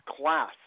class